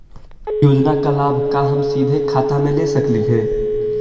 योजना का लाभ का हम सीधे खाता में ले सकली ही?